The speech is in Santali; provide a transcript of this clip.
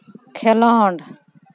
ᱠᱷᱮᱞᱳᱰ